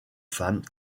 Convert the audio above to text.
femmes